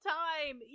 time